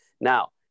Now